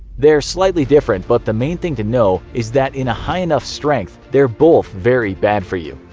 they're slightly different, but the main thing to know is that in a high enough strength, they're both very bad for you,